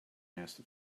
asked